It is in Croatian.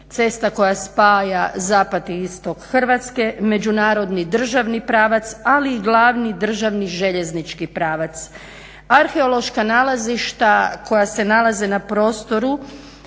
cesta koja spaja zapad i istok Hrvatski, međunarodni državni pravac, ali i glavni državni željeznički pravac. Arheološka nalazišta koja se nalaze na prostoru